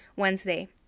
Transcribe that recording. Wednesday